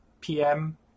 PM